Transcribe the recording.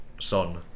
Son